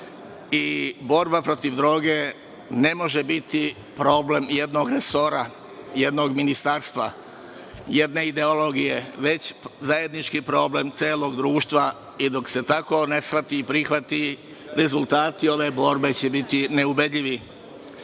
i borba protiv droge ne može biti problem jednog resora, jednog ministarstva, jedne ideologije, već zajednički problem celog društva i dok se tako shvati i prihvati rezultati ove borbe će biti neubedljivi. Naša